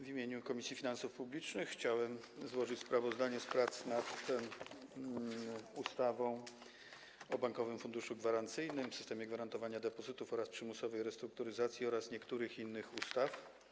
W imieniu Komisji Finansów Publicznych chciałem złożyć sprawozdanie z prac nad ustawą o zmianie ustawy o Bankowym Funduszu Gwarancyjnym, systemie gwarantowania depozytów oraz przymusowej restrukturyzacji oraz niektórych innych ustaw.